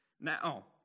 Now